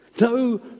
No